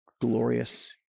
glorious